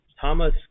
Thomas